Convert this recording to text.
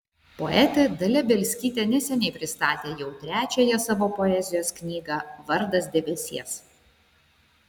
poetė dalia bielskytė neseniai pristatė jau trečiąją savo poezijos knygą vardas debesies